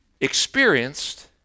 experienced